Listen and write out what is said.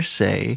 say